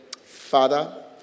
Father